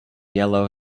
yellow